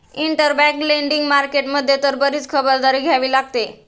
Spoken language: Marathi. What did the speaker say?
इंटरबँक लेंडिंग मार्केट मध्ये तर बरीच खबरदारी घ्यावी लागते